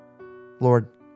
Lord